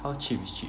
how cheap is cheap